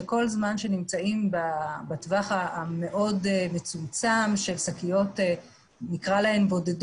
שכל זמן שנמצאים בטווח המאוד מצומצם של שקיות בודדות,